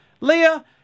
Leah